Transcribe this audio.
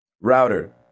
Router